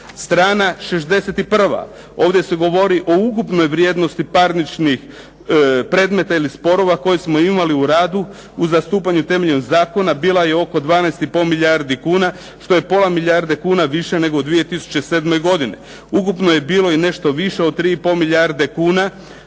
Strana 61. Ovdje se govori o ukupnoj vrijednosti parničnih predmeta ili sporova koje smo imali u radu o zastupanju temelja zakona, bilo je oko 12,5 milijardi kuna, što je pola milijardi kuna više nego u 2007. godini. Ukupno je bilo i nešto više od 3,5 milijuna kuna,